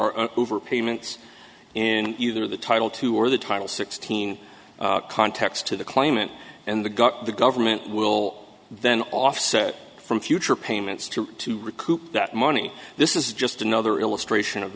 are over payments in either the title to or the title sixteen context to the claimant and the got the government will then offset from future payments to to recoup that money this is just another illustration of